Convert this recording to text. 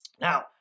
Now